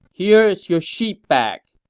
here's your sheep back.